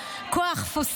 שפעם נלחמו עליה פה